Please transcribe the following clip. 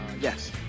yes